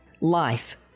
life